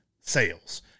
sales